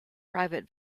private